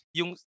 yung